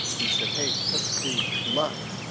he said hey put the blood